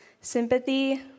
sympathy